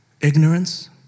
ignorance